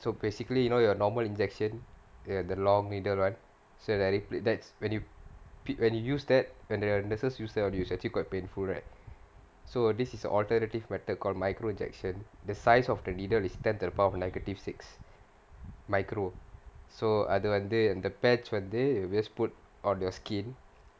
so basically you know your normal injection th~ the long needle [one] so that's when you p~ when you use that when the nurses use that it's actually quite painful right so this is alternative method called micro injection the size of the needle is ten to the power of negative six micro so அது வந்து அந்த:athu vanthu antha patch வந்து:vanthu you just put on the skin